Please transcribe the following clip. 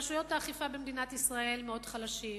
רשויות האכיפה במדינת ישראל מאוד חלשות,